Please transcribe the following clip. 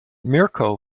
mirco